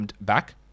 back